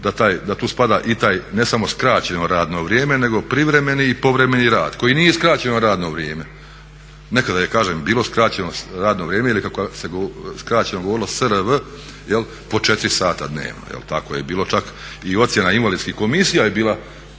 da tu spada i ta ne samo skraćeno radno vrijeme nego privremeni i povremeni rad koji nije skraćeno radno vrijeme. Nekada je kažem bilo skraćeno radno vrijeme ili kako se skraćeno radno vrijeme ili kako se skraćeno govorilo SRV po 4 sata dnevno, je li tako je i bilo i čak ocjena invalidskih komisija je bila